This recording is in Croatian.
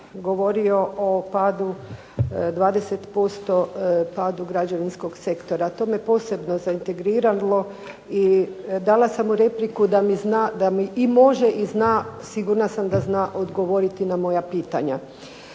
govorio o padu 20% padu građevinskog sektora. To me posebno zaintrigiralo i dala sam mu repliku da mi i može i zna, sigurna sam da zna odgovoriti na moja pitanja.